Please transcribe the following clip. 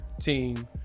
team